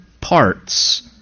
parts